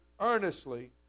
earnestly